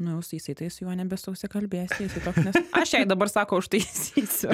nu jau su jaisai tai su juo jau nebesusikalbėsi jis toks nes aš jai dabar sako užtaisysiu